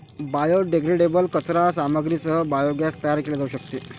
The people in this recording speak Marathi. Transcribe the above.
बायोडेग्रेडेबल कचरा सामग्रीसह बायोगॅस तयार केले जाऊ शकते